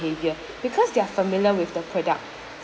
behaviour because they are familiar with the product